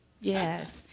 Yes